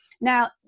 now